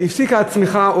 שהפסיקה הצמיחה,